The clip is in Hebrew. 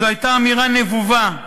זו הייתה אמירה נבובה.